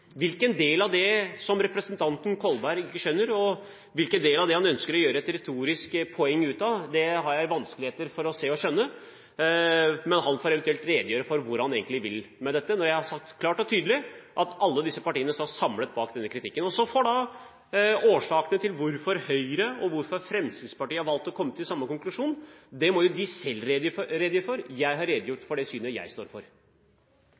Hvilken del av dette representanten Kolberg ikke skjønner, og hvilken del av det han ønsker å gjøre et retorisk poeng ut av, har jeg vanskeligheter med å se og skjønne, men han får eventuelt redegjøre for hvor han egentlig vil med dette. Nå har jeg sagt klart og tydelig at alle disse partiene står samlet bak denne kritikken. Årsakene til hvorfor Høyre og Fremskrittspartiet har valgt å komme til samme konklusjon, må de selv redegjøre for. Jeg har redegjort for det synet jeg står for.